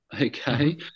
okay